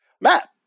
Matt